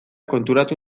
konturatu